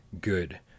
good